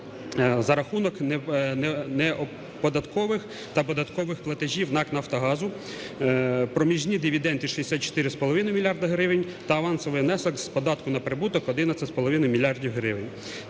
за рахунок неподаткових та податкових платежів НАК "Нафтогазу", проміжні дивіденди – 64,5 мільярда гривень та авансовий внесок з податку на прибуток – 11,5 мільярда